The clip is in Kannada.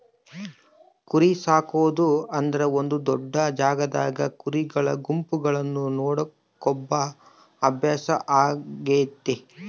ಕುರಿಸಾಕೊದು ಅಂದ್ರ ಒಂದು ದೊಡ್ಡ ಜಾಗದಾಗ ಕುರಿಗಳ ಗುಂಪುಗಳನ್ನ ನೋಡಿಕೊಂಬ ಅಭ್ಯಾಸ ಆಗೆತೆ